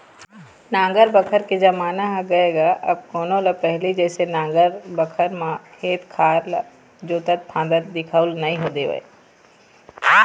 नांगर बखर के जमाना ह गय गा अब कोनो ल पहिली जइसे नांगर बखर म खेत खार ल जोतत फांदत दिखउल नइ देवय